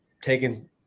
taken